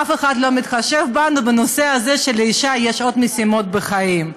אף אחד לא מתחשב בנו בנושא הזה שלאישה יש עוד משימות בחיים.